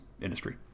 industry